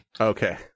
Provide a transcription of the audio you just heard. Okay